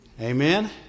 Amen